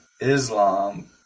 Islam